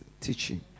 teaching